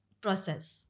process